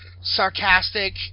sarcastic